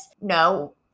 No